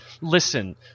Listen